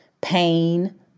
pain